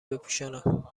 بپوشانم